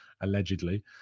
allegedly